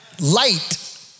Light